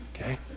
Okay